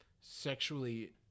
sexually